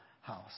house